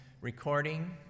recording